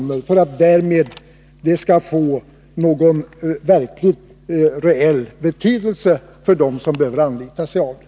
Det är nödvändigt för att lånen skall få någon reell betydelse för dem som behöver anlita sig av dem.